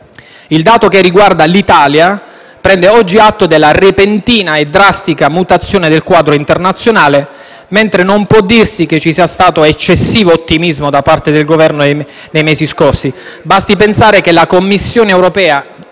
Il dato che riguarda l'Italia prende oggi atto della repentina e drastica mutazione del quadro internazionale, mentre non può dirsi che ci sia stato eccessivo ottimismo da parte del Governo nei mesi scorsi. Basti pensare che la Commissione europea,